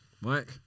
Mike